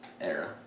era